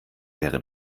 wäre